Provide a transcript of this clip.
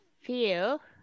feel